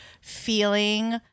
feeling